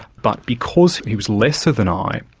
but because he was lesser than i,